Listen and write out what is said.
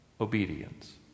obedience